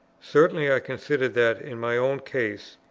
certainly i consider that, in my own case,